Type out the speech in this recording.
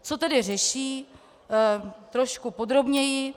Co tedy řeší trošku podrobněji.